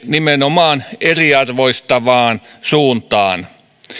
nimenomaan eriarvoistavaan suuntaan